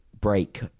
break